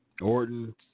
Orton